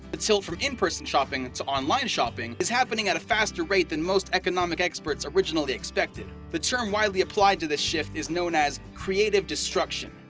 but tilt from in-person shopping to online shopping is happening at a faster rate than most economic experts originally expected. the term widely applied to this shift is known as creative destruction,